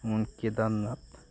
যেমন কেদারনাথ